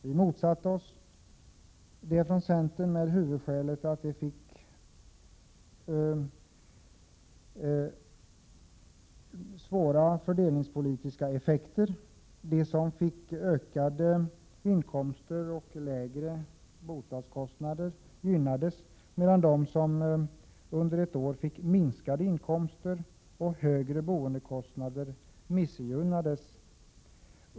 Vi motsatte oss det från centerns sida med huvudskälet att det skulle få svåra fördelningspolitiska konsekvenser. De som under ett år fick ökade inkomster och lägre boendekostnader gynnades, medan de som fick minskade inkomster och högre boendekostnader missgynnades.